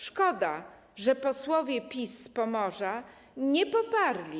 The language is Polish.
Szkoda, że posłowie PiS z Pomorza jej nie poparli.